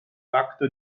facto